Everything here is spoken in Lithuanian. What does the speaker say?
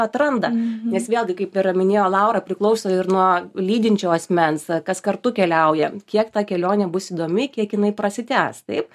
atranda nes vėlgi kaip ir minėjo laura priklauso ir nuo lydinčio asmens kas kartu keliauja kiek ta kelionė bus įdomi kiek jinai prasitęs taip